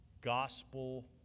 gospel